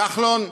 כחלון,